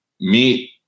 meet